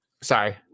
Sorry